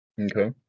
Okay